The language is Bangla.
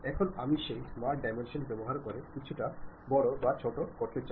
এখন আমি এই জিনিসটি স্মার্ট ডাইমেনশন ব্যবহার করে কিছুটা বড় বা ছোট করতে চাই